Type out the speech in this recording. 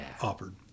offered